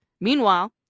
Meanwhile